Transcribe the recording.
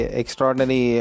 extraordinary